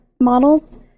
models